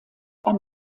ein